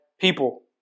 people